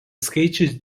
skaičius